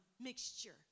mixture